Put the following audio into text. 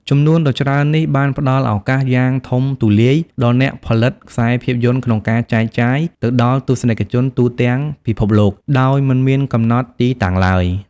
ចំនួនដ៏ច្រើននេះបានផ្តល់ឱកាសយ៉ាងធំទូលាយដល់អ្នកផលិតខ្សែភាពយន្តក្នុងការចែកចាយទៅដល់ទស្សនិកជនទូទាំងពិភពលោក ដោយមិនមានកំណត់ទីតាំងឡើយ។